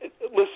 Listen